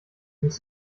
muss